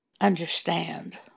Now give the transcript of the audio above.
understand